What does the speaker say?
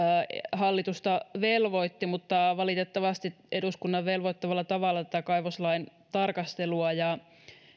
hallitusta velvoitti mutta valitettavasti eduskunnan velvoittamalla tavalla tätä kaivoslain tarkastelua ja